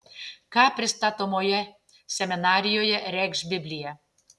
ką pristatomoje seminarijoje reikš biblija